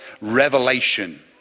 revelation